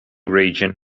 region